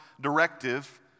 directive